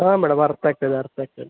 ಹಾಂ ಮೇಡಮ್ ಅರ್ಥ ಆಗ್ತದೆ ಅರ್ಥ ಆಗ್ತದೆ